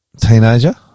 Teenager